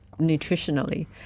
nutritionally